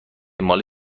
مال